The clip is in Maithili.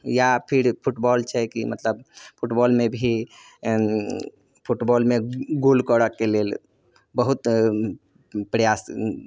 इएह फिर फ़ुटबाॅल छै कि मतलब फुटबाॅलमे भी फुटबॉलमे गोल करऽक लेल बहुत प्रआस